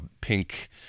pink